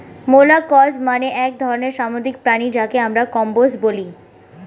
molluscs মানে এক ধরনের সামুদ্রিক প্রাণী যাকে আমরা কম্বোজ বলি